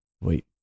Wait